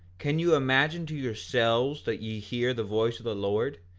can you imagine to yourselves that ye hear the voice of the lord,